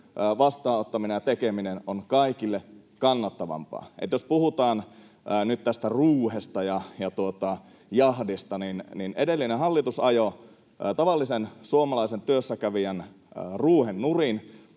vastaanottaminen ja tekeminen on kaikille kannattavampaa. Jos puhutaan nyt tästä ruuhesta ja jahdista, niin edellinen hallitus ajoi tavallisen suomalaisen työssäkävijän ruuhen nurin,